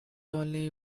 only